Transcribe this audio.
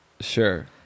Sure